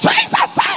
Jesus